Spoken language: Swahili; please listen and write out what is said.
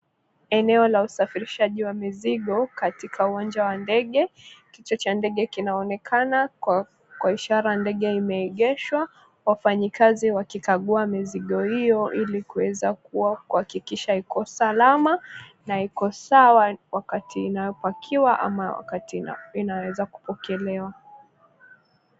Eneo la usafirishaji wa mizigo katika uwanja wa ndege. Kichwa cha ndege kinaonekana kwa ishara ya ndege imeegeshwa wafanyikazi wakikagua mizigo hio ili kuweza kuhakikisha iko salama na iko sawa wakati inayopakiwa ama wakati inaweza kupokelewa.